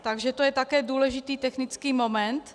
Takže to je také důležitý technický moment.